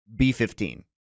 b15